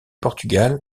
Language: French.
portugal